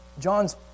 John's